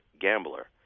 gambler